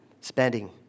spending